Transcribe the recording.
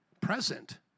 present